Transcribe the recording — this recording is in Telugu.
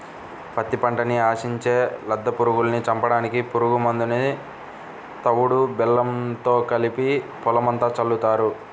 పత్తి పంటని ఆశించే లద్దె పురుగుల్ని చంపడానికి పురుగు మందుని తవుడు బెల్లంతో కలిపి పొలమంతా చల్లుతారు